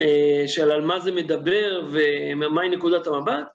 שעל מה זה מדבר, ומהי נקודת המבט.